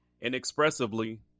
inexpressibly